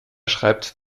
schreibt